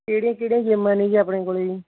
ਕਿਹੜੀਆਂ ਕਿਹੜੀਆਂ ਗੇਮਾਂ ਨੇ ਜੀ ਆਪਣੇ ਕੋਲ ਜੀ